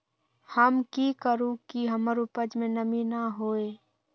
हम की करू की हमर उपज में नमी न होए?